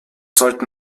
sollten